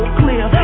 clear